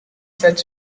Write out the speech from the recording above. such